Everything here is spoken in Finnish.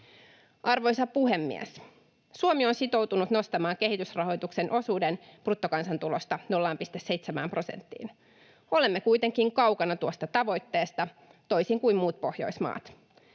Arvoisa puhemies! Suomi on sitoutunut nostamaan kehitysrahoituksen osuuden bruttokansantulosta 0,7 prosenttiin. Olemme kuitenkin kaukana tuosta tavoitteesta, toisin kuin muut Pohjoismaat.